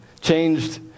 changed